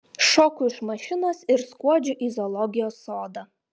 šoku iš mašinos ir skuodžiu į zoologijos sodą